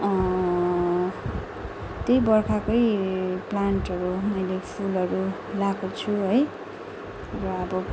त्यही बर्खाकै प्लान्टहरू मैले फुलहरू लाएको छु है र अब